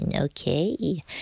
Okay